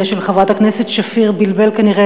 כנראה,